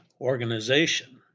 organization